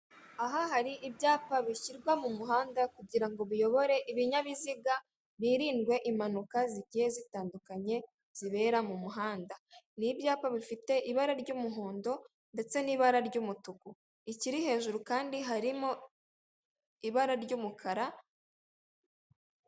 Aha hari ibyapa bishyirwa mumuhanda kugira ngo biyobore ibinyabiziga birindwe impanuka zigiye zitandukanye zibera mumuhanda nibyapa bifite ibara ry'umuhondo ndetse nibara ry'umutuku ikiri hejuru Kandi harimo ibara ry'umukara.